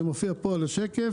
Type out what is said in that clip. זה מופיע פה בשקף.